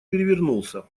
перевернулся